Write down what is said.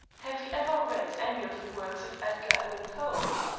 have you ever read any of the works of edgar allan poe?